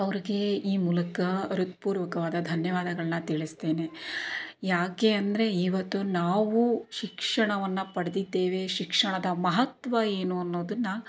ಅವ್ರಿಗೆ ಈ ಮೂಲಕ ಹೃತ್ಪೂರ್ವಕವಾದ ಧನ್ಯವಾದಗಳನ್ನ ತಿಳಿಸ್ತೇನೆ ಯಾಕೆ ಅಂದರೆ ಇವತ್ತು ನಾವು ಶಿಕ್ಷಣವನ್ನು ಪಡೆದಿದ್ದೇವೆ ಶಿಕ್ಷಣದ ಮಹತ್ವ ಏನು ಅನ್ನೋದನ್ನು